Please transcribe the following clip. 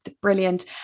brilliant